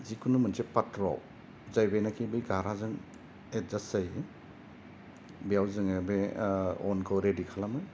जिकुनु मोनसे पात्रयाव जाय बेनोखि घाराजों एडजास्ट जायो बेयाव जों बे अनखौ रेडि खालामो